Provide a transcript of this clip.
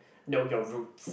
know your roots